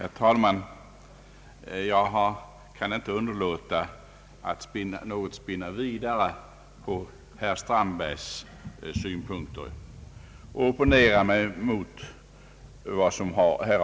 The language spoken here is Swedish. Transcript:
Herr talman! Jag kan inte underlåta att något spinna vidare på herr Strandbergs synpunkter och liksom han opponera mig mot vad som föreslagits.